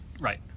Right